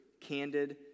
Candid